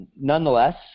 nonetheless